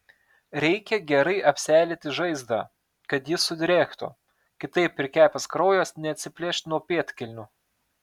reikia gerai apseilėti žaizdą kad ji sudrėktų kitaip prikepęs kraujas neatsiplėš nuo pėdkelnių